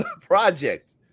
project